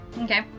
Okay